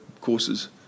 courses